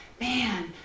man